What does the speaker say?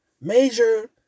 major